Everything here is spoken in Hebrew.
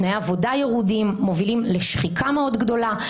תנאי עבודה ירודים שמביאים לשחיקה מאוד גדולה,